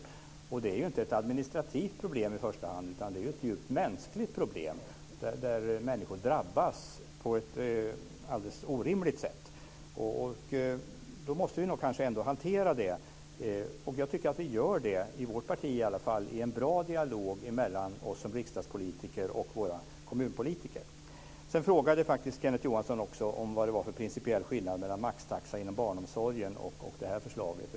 Det är inte i första hand ett administrativt problem, utan det är ett mänskligt problem. Människor drabbas på ett orimligt sätt. Vi måste hantera detta, och jag tycker att vi åtminstone i vårt parti gör det i en bra dialog mellan oss riksdagspolitiker och våra kommunpolitiker. Kenneth Johansson frågade vad det är för principiell skillnad mellan maxtaxan inom barnomsorgen och det här förslaget.